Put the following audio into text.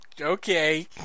Okay